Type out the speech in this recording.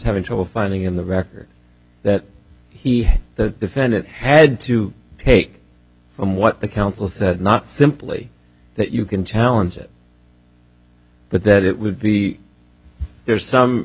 having trouble finding in the record that he had the defendant had to take from what the counsel said not simply that you can challenge it but that it would be there's some